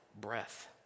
breath